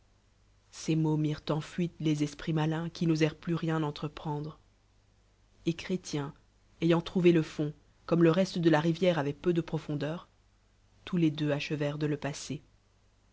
ces mots mireut en fuite les esprits malins qui n'osèrent plus rien entreprendre et chrétien ayant trouvé le fond comme le iestede la rivière avolt peu de profondeur tous les deux achevèrent de le